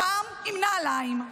הפעם עם נעליים.